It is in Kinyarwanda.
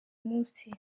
munsi